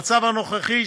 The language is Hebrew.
המצב הנוכחי,